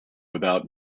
without